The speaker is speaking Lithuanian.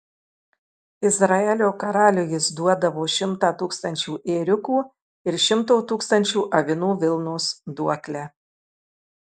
izraelio karaliui jis duodavo šimtą tūkstančių ėriukų ir šimto tūkstančių avinų vilnos duoklę